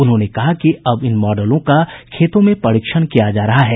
उन्होंने कहा कि अब इन मॉडलों का खेतों में परीक्षण किया जा रहा है